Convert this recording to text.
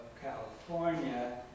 California